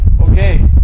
Okay